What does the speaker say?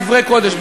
דברי קודש.